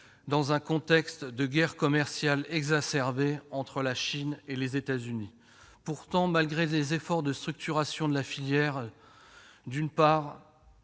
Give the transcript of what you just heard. dans un contexte de guerre commerciale exacerbée entre la Chine et les États-Unis. Pourtant, malgré les efforts de structuration de la filière, il nous